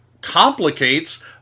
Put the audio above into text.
complicates